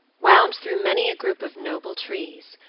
wound through many a group of noble trees,